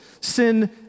Sin